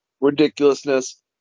ridiculousness